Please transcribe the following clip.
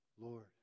Lord